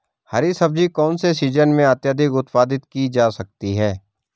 हरी सब्जी कौन से सीजन में अत्यधिक उत्पादित की जा सकती है?